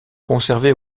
conservées